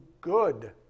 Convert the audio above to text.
good